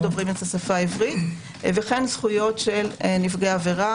דוברים את השפה העברית וכן זכות של נפגעי עבירה.